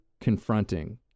confronting